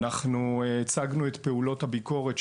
אנחנו הצגנו את פעולות הביקורת,